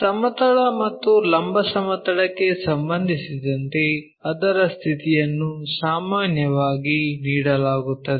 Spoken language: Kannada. ಸಮತಲ ಮತ್ತು ಲಂಬ ಸಮತಲಕ್ಕೆ ಸಂಬಂಧಿಸಿದಂತೆ ಅದರ ಸ್ಥಿತಿಯನ್ನು ಸಾಮಾನ್ಯವಾಗಿ ನೀಡಲಾಗುತ್ತದೆ